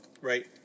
Right